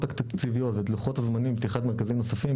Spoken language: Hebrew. התקציביות ואת לוחות הזמנים לפתיחת מרכזים נוספים,